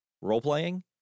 role-playing